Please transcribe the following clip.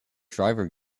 driver